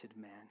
man